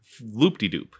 loop-de-doop